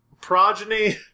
progeny